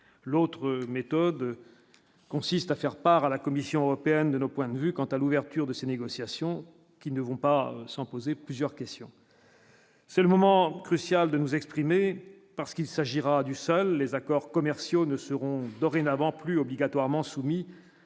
l'autre méthode consiste à faire part à la Commission européenne de nos points de vue quant à l'ouverture de ces négociations qui ne vont pas sans poser plusieurs questions : c'est le moment crucial de nous exprimer, parce qu'il s'agira du seul les accords commerciaux ne seront dorénavant plus obligatoirement soumis